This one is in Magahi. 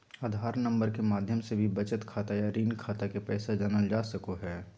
आधार नम्बर के माध्यम से भी बचत खाता या ऋण खाता के पैसा जानल जा सको हय